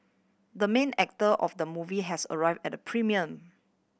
the main actor of the movie has arrived at the premiere